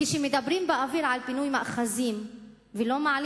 כשמדברים באוויר על פינוי מאחזים ולא מעלים